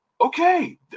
Okay